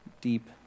deep